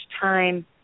time